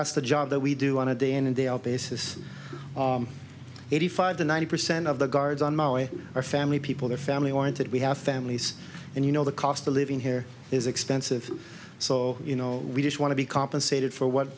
that's the job that we do on a day in and day out basis eighty five to ninety percent of the guards on maui are family people or family oriented we have families and you know the cost of living here is expensive so you know we just want to be compensated for what